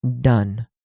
done